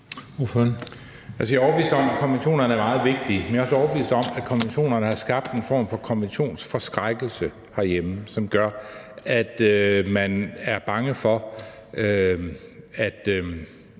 Jeg er overbevist om, at konventionerne er meget vigtige, men jeg er også overbevist om, at konventionerne har skabt en form for konventionsforskrækkelse herhjemme, som gør, at man er bange for at